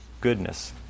goodness